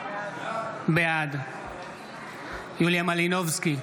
בעד יוליה מלינובסקי,